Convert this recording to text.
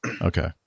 Okay